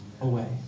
away